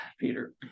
Peter